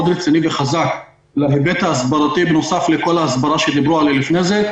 רציני וחזק להיבט ההסברתי בנוסף לכל ההסברה שדיברו עליה לפני זה.